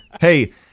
Hey